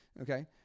okay